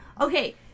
Okay